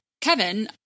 Kevin